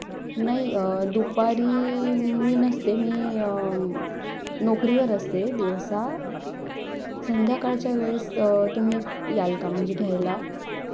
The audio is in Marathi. नाही दुपारी मी नसते मी नोकरीवर असते दिवसा संध्याकाळच्या वेळेस तुम्ही याल का म्हणजे घ्यायला